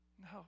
no